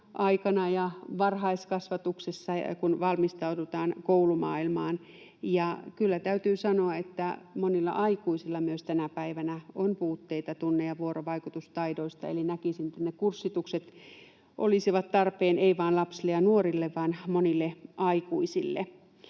ja varhaiskasvatuksessa, kun valmistaudutaan koulumaailmaan. Ja kyllä täytyy sanoa, että myös monilla aikuisilla tänä päivänä on puutteita tunne‑ ja vuorovaikutustaidoissa, eli näkisin, että ne kurssitukset eivät olisi tarpeen vain lapsille ja nuorille vaan monille aikuisillekin.